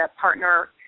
partner